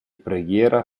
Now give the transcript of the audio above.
preghiera